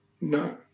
No